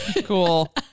cool